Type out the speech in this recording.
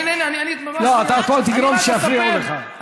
הינה, אני ממש, לא, אתה עוד תגרום שיפריעו לך.